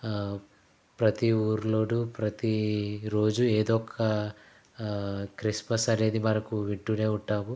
ప్రతి ఊర్లోను ప్రతి రోజు ఏదో ఒక క్రిస్మస్ అనేది మనకు వింటూనే ఉంటాము